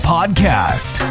Podcast